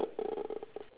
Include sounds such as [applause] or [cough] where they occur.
[noise]